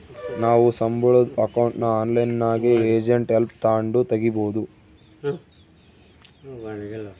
ನಾವು ಸಂಬುಳುದ್ ಅಕೌಂಟ್ನ ಆನ್ಲೈನ್ನಾಗೆ ಏಜೆಂಟ್ ಹೆಲ್ಪ್ ತಾಂಡು ತಗೀಬೋದು